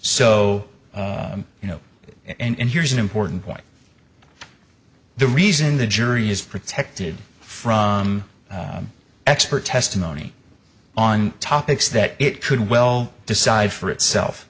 so you know and here's an important point the reason the jury is protected from expert testimony on topics that it could well decide for itself